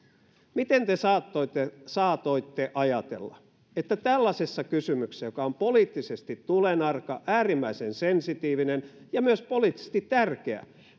miten te saatoitte saatoitte ajatella että tällaisessa kysymyksessä joka on poliittisesti tulenarka äärimmäisen sensitiivinen ja myös poliittisesti tärkeä